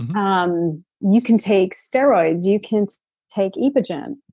um you can take steroids, you can't take epogen.